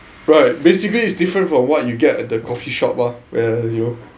right basically it's different from what you get at the coffee shop ah where you know